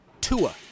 Tua